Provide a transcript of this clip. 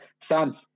Sam